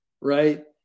right